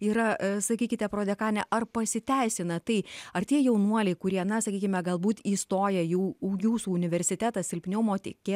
yra sakykite prodekane ar pasiteisina tai ar tie jaunuoliai kurie na sakykime galbūt įstoję jau į jūsų universitetą silpniau